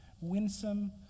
winsome